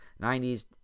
90s